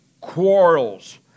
quarrels